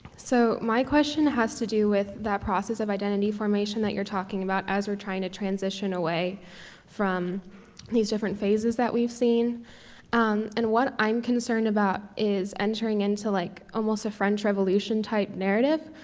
so, my question has to do with the process of identity formation that you're talking about as we're trying to transition away from these different phases that we've seen and what i'm concerned about is entering into like almost a french revolution type narrative,